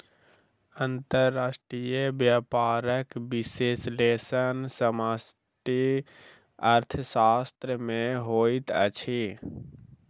अंतर्राष्ट्रीय व्यापारक विश्लेषण समष्टि अर्थशास्त्र में होइत अछि